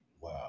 Wow